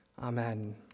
Amen